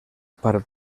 part